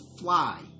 fly